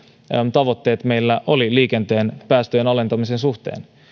tavoitteet meillä oli liikenteen päästöjen alentamisen suhteen